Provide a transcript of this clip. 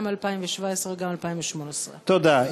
גם 2017 וגם 2018. תודה.